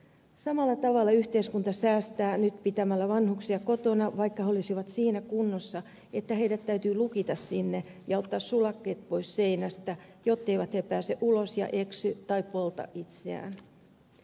samalla tavalla yhteiskunta säästää nyt pitämällä vanhuksia kotona vaikka he olisivat siinä kunnossa että heidät täytyy lukita sinne ja ottaa sulakkeet pois seinästä jotteivät he pääse ulos ja eksy tai polta itseään